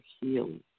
healing